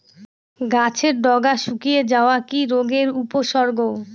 গাছের ডগা শুকিয়ে যাওয়া কি রোগের উপসর্গ?